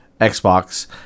Xbox